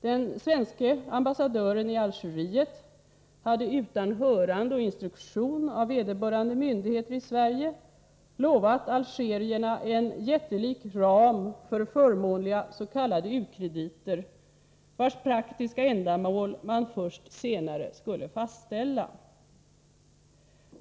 Den svenske ambassadören i Algeriet hade utan hörande och instruktion av vederbörande myndigheter i Sverige lovat algerierna en jättelik ram för förmånliga s.k. u-krediter, vars praktiska ändamål man först senare skulle fastställa.